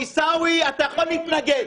עיסאווי, אתה יכול להתנגד.